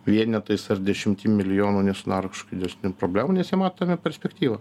vienetais ar dešimtim milijonų nesudaro kažkokių didesnių problemų nes jie mato tame perspektyvą